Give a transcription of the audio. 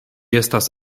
estas